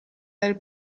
del